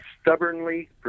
stubbornly